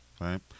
right